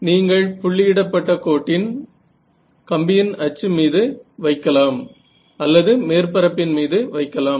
நீங்கள் புள்ளியிடப்பட்ட கோட்டின் கம்பியின் அச்சு மீது வைக்கலாம் அல்லது மேற்பரப்பின் மீது வைக்கலாம்